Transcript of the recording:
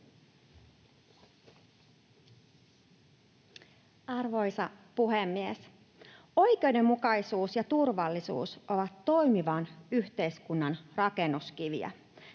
Arvoisa puhemies! Oikeudenmukaisuus ja turvallisuus ovat toimivan yhteiskunnan rakennuskiviä.